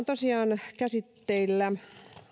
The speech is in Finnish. tosiaan käsitteillä